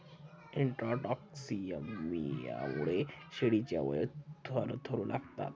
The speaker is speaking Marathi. इंट्राटॉक्सिमियामुळे शेळ्यांचे अवयव थरथरू लागतात